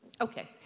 Okay